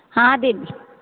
हॅं दीदी